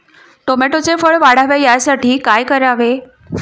टोमॅटोचे फळ वाढावे यासाठी काय करावे?